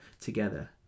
together